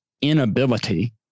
inability